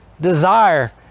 desire